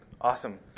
Awesome